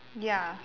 ya